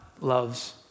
loves